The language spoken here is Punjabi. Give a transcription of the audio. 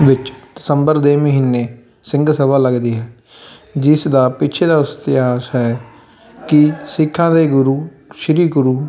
ਵਿੱਚ ਦਸੰਬਰ ਦੇ ਮਹੀਨੇ ਸਿੰਘ ਸਭਾ ਲੱਗਦੀ ਹੈ ਜਿਸ ਦਾ ਪਿੱਛੇ ਦਾ ਇਤਿਹਾਸ ਹੈ ਕਿ ਸਿੱਖਾਂ ਦੇ ਗੁਰੂ ਸ਼੍ਰੀ ਗੁਰੂ